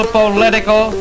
political